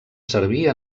servir